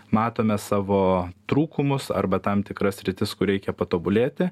matome savo trūkumus arba tam tikras sritis kur reikia patobulėti